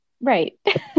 right